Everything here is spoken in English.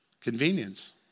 Convenience